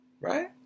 Right